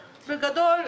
בגדול,